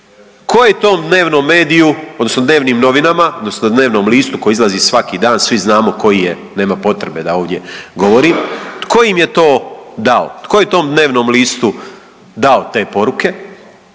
Tko je tom dnevnom mediju, odnosno dnevnim novinama, odnosno dnevnom listu koji izlazi svaki dan, svi znamo koji je, nema potrebe da ovdje govorim, tko im je to dao? Tko je tom dnevnom listu dao te poruke